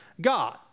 God